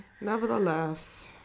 nevertheless